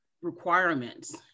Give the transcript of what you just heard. requirements